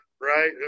right